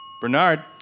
Bernard